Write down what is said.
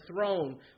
throne